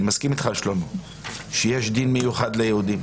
אני מסכים איתך שיש דין מיוחד ליהודים